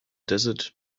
desert